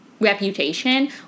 reputation